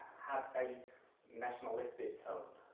have a nationalistic tone.